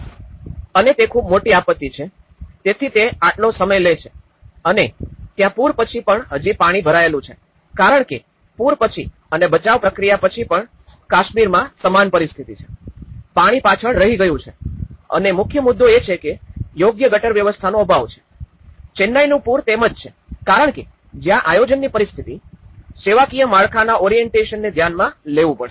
અને તે ખૂબ મોટી આપત્તિ છે તેથી તે આટલો સમય લે છે અને ત્યાં પૂર પછી પણ હજી પાણી ભરાયેલું છે કારણ કે પૂર પછી અને બચાવ પ્રક્રિયા પછી પણ કાશ્મીરમાં સમાન પરિસ્થિતિ છે પાણી પાછળ રહી ગયું છે અને મુખ્ય મુદ્દો એ છે કે યોગ્ય ગટર વ્યવસ્થાનો અભાવ છે ચેન્નઈનું પૂર તેમ જ છે કારણ કે જ્યાં આયોજનની પરિસ્થિતિ સેવાકીય સેવાકીય માળખાના ઓરિએન્ટશનને ધ્યાનમાં લેવું પડશે